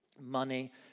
money